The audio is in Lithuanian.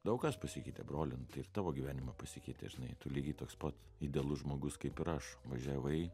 daug kas pasikeitė broli nu tai ir tavo gyvenime pasikeitė žinai tu lygiai toks pat idealus žmogus kaip ir aš važiavai